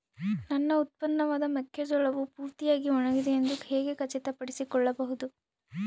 ನನ್ನ ಉತ್ಪನ್ನವಾದ ಮೆಕ್ಕೆಜೋಳವು ಪೂರ್ತಿಯಾಗಿ ಒಣಗಿದೆ ಎಂದು ಹೇಗೆ ಖಚಿತಪಡಿಸಿಕೊಳ್ಳಬಹುದು?